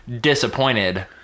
disappointed